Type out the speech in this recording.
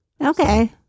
Okay